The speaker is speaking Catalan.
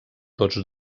tots